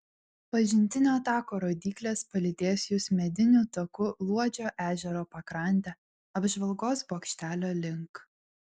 pažintinio tako rodyklės palydės jus mediniu taku luodžio ežero pakrante apžvalgos bokštelio link